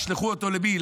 ישלחו אותו למי?